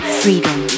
freedom